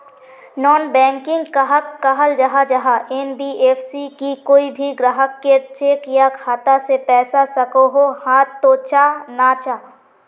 Non banking कहाक कहाल जाहा जाहा एन.बी.एफ.सी की कोई भी ग्राहक कोत चेक या खाता से पैसा सकोहो, हाँ तो चाँ ना चाँ?